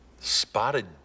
Spotted